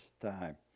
time